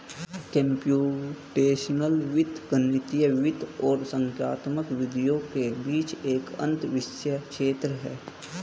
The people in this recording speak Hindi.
कम्प्यूटेशनल वित्त गणितीय वित्त और संख्यात्मक विधियों के बीच एक अंतःविषय क्षेत्र है